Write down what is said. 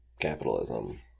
capitalism